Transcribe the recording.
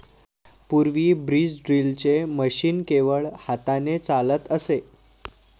पूर्वी बीज ड्रिलचे मशीन केवळ हाताने चालत असे